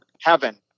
heaven